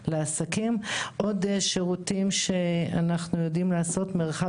עוד שירות שאנחנו נותנים הוא יצירת מרחב